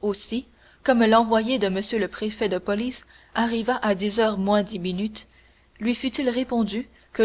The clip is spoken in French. aussi comme l'envoyé de m le préfet de police arriva à dix heures moins dix minutes lui fut-il répondu que